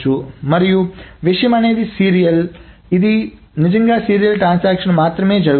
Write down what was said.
మరియు విషయం అనేది సీరియల్ ఇది నిజంగా సీరియల్ ట్రాన్సాక్షన్లకు మాత్రమే జరుగుతుంది